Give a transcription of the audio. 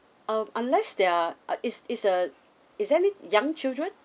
um unless there are uh is is a is any young children